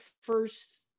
first